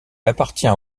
appartient